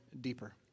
deeper